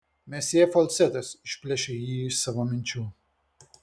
mesjė falcetas išplėšė jį iš savo minčių